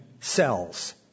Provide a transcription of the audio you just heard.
cells